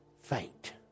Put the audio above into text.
faint